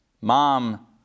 Mom